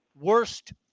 worst